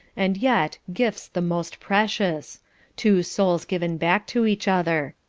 and yet, gifts the most precious two souls given back to each other.